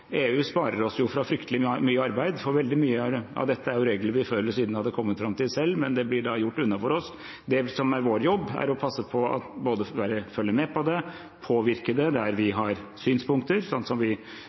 EU sparer oss for fryktelig mye arbeid, for veldig mye av dette er regler vi før eller siden hadde kommet fram til selv, men det blir da gjort unna for oss. Det som er vår jobb, er å passe på at vi både følger med på det, påvirker det der vi har synspunkter, som vi